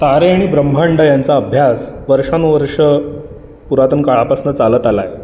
तारे आणि ब्रम्हांड यांचा अभ्यास वर्षानुवर्षं पुरातन काळापासनं चालत आला आहे